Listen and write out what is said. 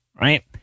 Right